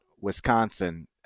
Wisconsin